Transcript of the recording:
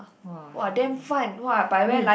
!wah! I don't know